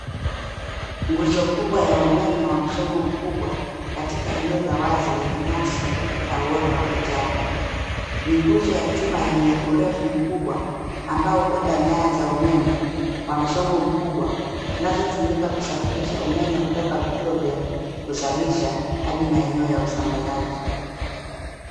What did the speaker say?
Nguzo kubwa ya umeme wa msongo mkubwa katika eneo la wazi lenye nyasi na uoto wa kijani. Ni nguzo ya chuma yenye urefu mkubwa ambao hubeba nyaya za umeme kwa msongo mkubwa zinazotumika kusafirisha umeme kutoka vituo vya kuzalisha hadi maeneo ya usambazaji.